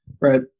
right